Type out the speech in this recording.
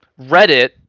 Reddit